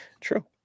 true